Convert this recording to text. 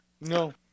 No